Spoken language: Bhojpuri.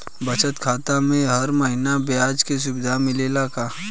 बचत खाता में हर महिना ब्याज के सुविधा मिलेला का?